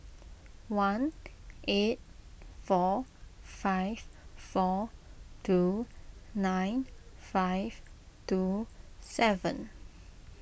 one eight four five four two nine five two seven